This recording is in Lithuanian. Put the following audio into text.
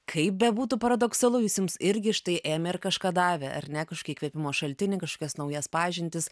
kaip bebūtų paradoksalu jis jums irgi štai ėmė ir kažką davė ar ne kažkokį įkvėpimo šaltinį kažkokias naujas pažintis